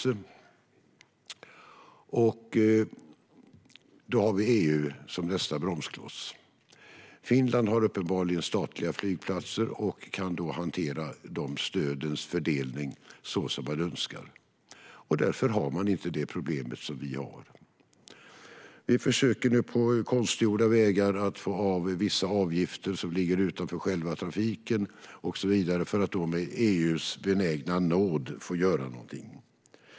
I det fallet har vi EU som nästa bromskloss. Finland har statliga flygplatser och kan därför hantera stödens fördelning så som man önskar. Därför har de inte samma problem som vi har. Sverige försöker nu på konstgjorda vägar att ha vissa avgifter som ligger utanför själva trafiken för att med EU:s benägna nåd få göra någonting.